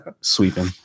Sweeping